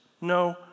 No